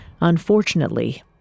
Unfortunately